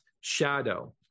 shadow